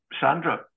Sandra